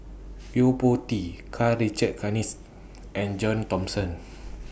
Yo Po Tee Karl Richard Hanitsch and John Thomson